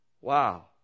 Wow